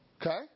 Okay